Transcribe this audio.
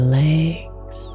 legs